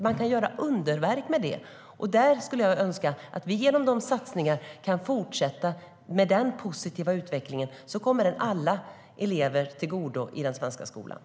Man kan göra underverk med det.